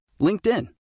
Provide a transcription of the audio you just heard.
LinkedIn